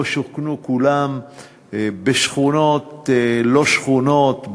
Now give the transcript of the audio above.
שאז שוכנו כולם בשכונות לא שכונות,